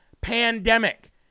pandemic